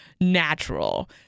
natural